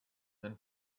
than